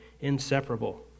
inseparable